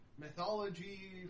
mythology